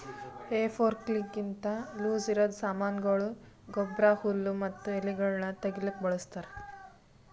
ಹೇ ಫೋರ್ಕ್ಲಿಂತ ಲೂಸಇರದ್ ಸಾಮಾನಗೊಳ, ಗೊಬ್ಬರ, ಹುಲ್ಲು ಮತ್ತ ಎಲಿಗೊಳನ್ನು ತೆಗಿಲುಕ ಬಳಸ್ತಾರ್